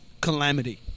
calamity